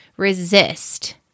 resist